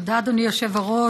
תודה, אדוני היושב-ראש.